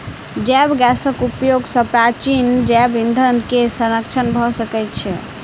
जैव गैसक उपयोग सॅ प्राचीन जैव ईंधन के संरक्षण भ सकै छै